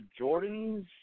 Jordans